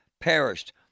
perished